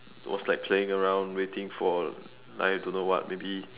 was like playing around waiting for I don't know what maybe